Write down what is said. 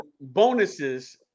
bonuses